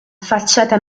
facciata